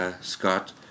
Scott